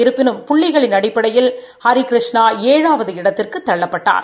இருப்பினும் புள்ளிகளின் அடிப்படையில் ஹரிகிருஷ்ணா ஏழாவது இடத்திற்கு தள்ளப்பட்டார்